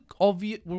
obvious